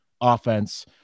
offense